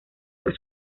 por